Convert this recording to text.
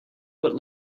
what